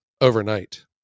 overnight